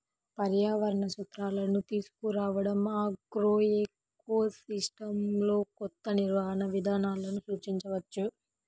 పర్యావరణ సూత్రాలను తీసుకురావడంఆగ్రోఎకోసిస్టమ్లోకొత్త నిర్వహణ విధానాలను సూచించవచ్చు